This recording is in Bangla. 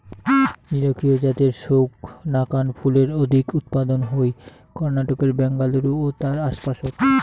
নিরক্ষীয় জাতের সৌগ নাকান ফুলের অধিক উৎপাদন হই কর্ণাটকের ব্যাঙ্গালুরু ও তার আশপাশত